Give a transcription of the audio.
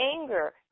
anger